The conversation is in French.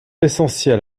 essentiel